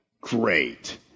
Great